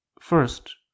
First